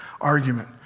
argument